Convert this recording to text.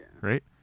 Right